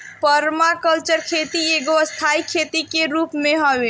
permaculture खेती एगो स्थाई खेती के रूप हवे